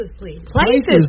Places